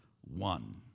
one